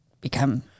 become –